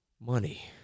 Money